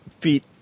feet